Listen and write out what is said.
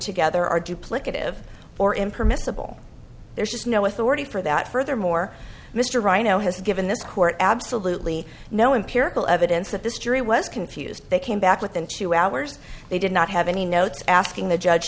together are duplicative or impermissible there's just no authority for that furthermore mr ryan has given this court absolutely no imperial evidence that this jury was confused they came back within two hours they did not have any notes asking the judge